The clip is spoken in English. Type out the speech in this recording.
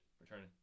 returning